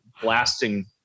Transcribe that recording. blasting